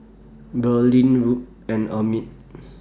Brynlee Rube and Emmit